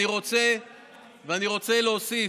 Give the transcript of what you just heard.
אני רוצה להוסיף: